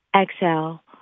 Exhale